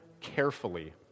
carefully